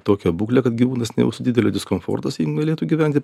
tokią būklę kad gyvūnas nejaustų didelio diskomforto galėtų gyventi